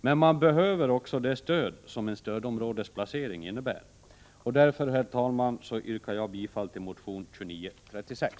Men man behöver också det stöd som en stödområdesplacering innebär. Därför, herr talman, yrkar jag bifall till motion 2936.